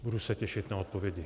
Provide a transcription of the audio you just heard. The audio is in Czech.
Budu se těšit na odpovědi.